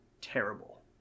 terrible